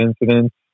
incidents